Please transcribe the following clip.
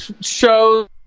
shows